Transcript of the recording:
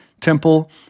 temple